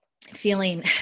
feeling